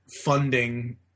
funding